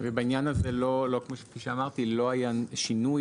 בעניין זה כפי שאמרתי לא היה שינוי